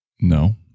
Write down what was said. No